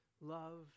Love